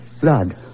Blood